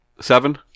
seven